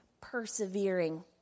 persevering